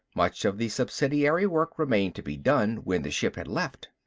much of the subsidiary work remained to be done when the ship had left.